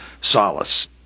solace